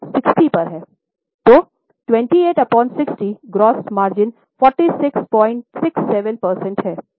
तो 28 upon 60 gross margin 4667 प्रतिशत है